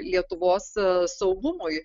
lietuvos saugumui